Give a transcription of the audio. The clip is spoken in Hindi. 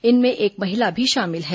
इनमें एक महिला भी शामिल हैं